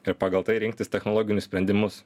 ir pagal tai rinktis technologinius sprendimus